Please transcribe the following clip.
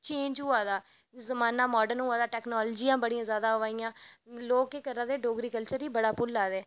change होआ दा जमाना माडर्न होआ दा टैकनॉलजियां बड़ियां जादा अवा दियां लोग केह् करा दे डोगगरी कलचर गी बड़ी भुल्ला दे